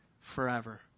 forever